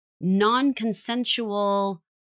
non-consensual